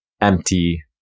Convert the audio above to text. empty